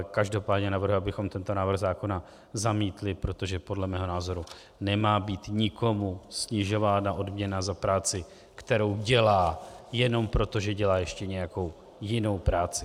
Každopádně ale navrhuji, abychom tento návrh zákona zamítli, protože podle mého názoru nemá být nikomu snižována odměna za práci, kterou dělá, jenom proto, že dělá ještě nějakou jinou práci.